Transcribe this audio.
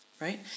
right